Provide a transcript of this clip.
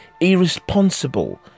irresponsible